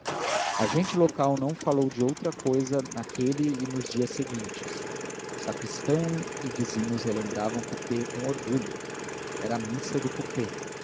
a gente local não falou de outra cousa naquele e nos dias seguintes sacristão e vizinhos relembravam o coupé com orgulho era a missa do coupé